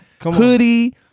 hoodie